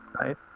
right